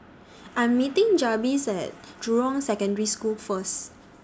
I'm meeting Jabez At Jurong Secondary School First